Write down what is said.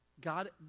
God